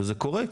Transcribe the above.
וזה קורה,